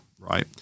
right